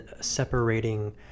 separating